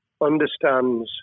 understands